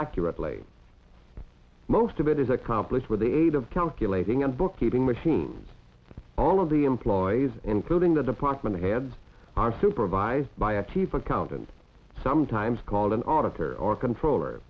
accurately most of it is accomplished with the aid of calculating and bookkeeping machines all of the employees including the department heads are supervised by a t v accountant sometimes called an auditor or controller